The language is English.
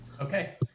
Okay